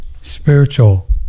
spiritual